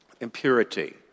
Impurity